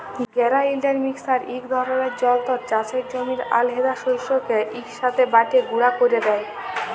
grinder mixer ইক ধরলের যল্তর চাষের জমির আলহেদা শস্যকে ইকসাথে বাঁটে গুঁড়া ক্যরে দেই